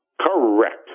Correct